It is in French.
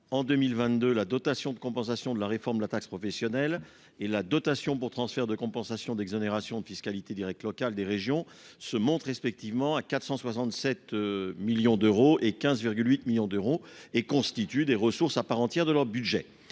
En 2022, la dotation de compensation de la réforme de la taxe professionnelle (DCRTP) et la dotation pour transferts de compensation d'exonération de fiscalité directe locale (DTCE) des régions se montent respectivement à 467 millions d'euros et à 15,8 millions d'euros et constituent des ressources à part entière de leur budget.